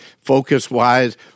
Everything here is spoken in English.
focus-wise